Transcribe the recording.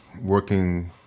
working